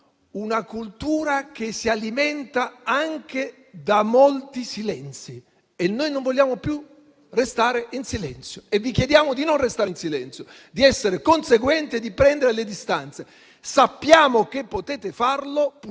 una cultura che si alimenta anche di molti silenzi e noi non vogliamo più restare in silenzio. Vi chiediamo quindi di non restare in silenzio, di essere conseguenti e di prendere le distanze. Sappiamo che potete farlo. Purtroppo